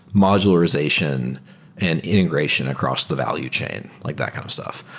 modularization and integration across the value chain, like that kind of stuff.